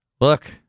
Look